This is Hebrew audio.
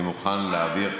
אני מוכן להעביר,